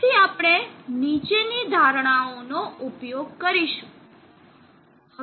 તેથી આપણે નીચેની ધારણાનો ઉપયોગ કરીશું